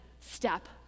step